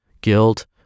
guilt